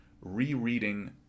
rereading